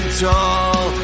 tall